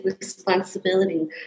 responsibility